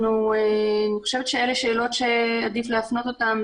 אני חושבת שאלה שאלות שעדיף להפנות אותם